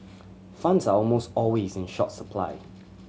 funds are almost always in short supply